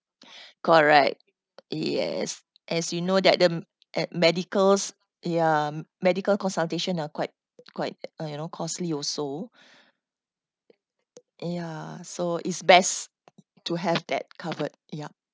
correct yes as you know that the at medicals ya medical consultation are quite quite uh you know costly also ya so it's best to have that covered yup